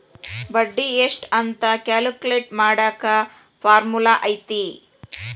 ಬಡ್ಡಿ ಎಷ್ಟ್ ಅಂತ ಕ್ಯಾಲ್ಕುಲೆಟ್ ಮಾಡಾಕ ಫಾರ್ಮುಲಾ ಐತಿ